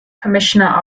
commissioner